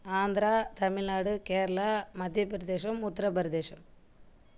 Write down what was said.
Andhra Tamil Nadu Kerala Madhya Pradesh Uttar Pradesh